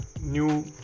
new